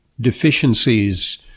deficiencies